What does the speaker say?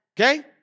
Okay